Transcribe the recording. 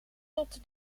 tot